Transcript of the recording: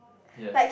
yes